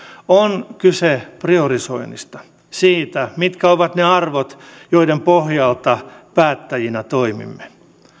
on kyse priorisoinnista siitä mitkä ovat ne arvot joiden pohjalta päättäjinä toimimme